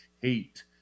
hate